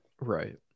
Right